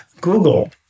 Google